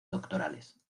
doctorales